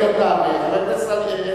והקליט.